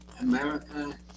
America